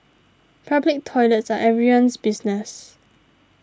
public toilets are everyone's business